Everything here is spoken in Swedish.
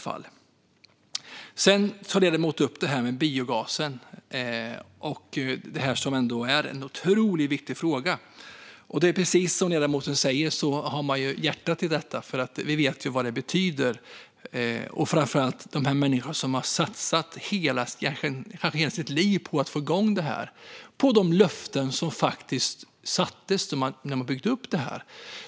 Ledamoten tog även upp biogasen, som är en otroligt viktig fråga. Precis som ledamoten säger har man hjärtat i detta. Vi vet ju vad det betyder, särskilt för de människor som kanske har satsat hela sitt liv på att få igång det här och gjort det utifrån de löften som gavs när det hela byggdes upp.